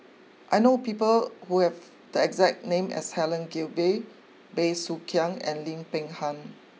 I know people who have the exact name as Helen Gilbey Bey Soo Khiang and Lim Peng Han